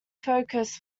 focus